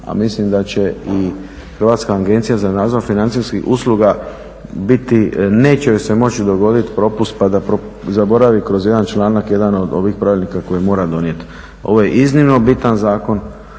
a mislim da će i Hrvatska agencija za nadzor financijskih usluga biti, neće joj se moći dogoditi propust pa da zaboravi kroz jedan članak jedan od ovih pravilnika koje mora donijeti. Ovo je iznimno bitan zakon,